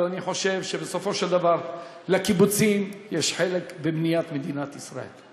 אני חושב שבסופו של דבר לקיבוצים יש חלק בבניית מדינת ישראל.